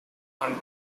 and